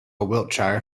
wiltshire